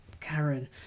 Karen